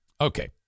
Okay